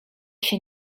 się